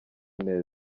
neza